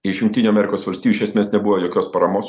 iš jungtinių amerikos valstijų iš esmės nebuvo jokios paramos